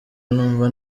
numva